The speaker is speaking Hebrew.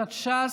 קבוצת סיעת ש"ס,